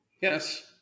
Yes